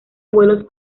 vuelos